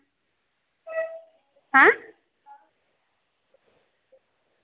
ऐं